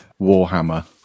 Warhammer